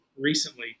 recently